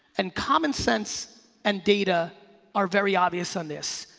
and common sense and data are very obvious on this.